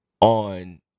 on